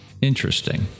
Interesting